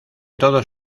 todos